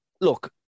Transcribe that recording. look